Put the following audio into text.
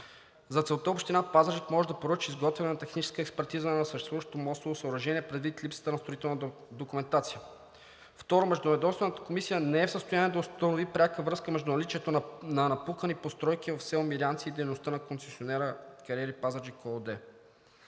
За целта Община Пазарджик може да поръча изготвяне на техническа експертиза на съществуващото мостово съоръжение предвид липсата на строителна документация. Второ, Междуведомствената комисия не е в състояние да установи пряка връзка между наличието на напукани постройки в село Мирянци и дейността на концесионера „Кариери Пазарджик“ ООД.